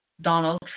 Donald